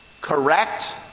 correct